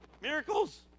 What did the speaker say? miracles